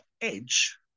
edge